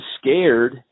scared